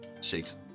shakes